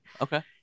Okay